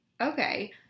Okay